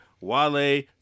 Wale